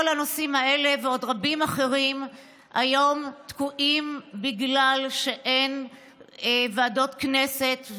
כל הנושאים האלה ועוד רבים אחרים היום תקועים בגלל שאין ועדות כנסת.